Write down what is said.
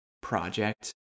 project